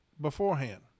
beforehand